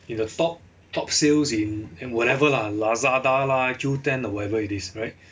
in the top top sales in whatever lah lazada lah Q ten or whatever it is right